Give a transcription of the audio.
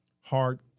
hard